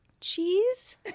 cheese